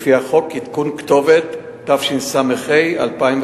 לפי חוק עדכון כתובת, התשס"ה 2005,